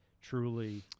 truly